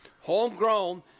homegrown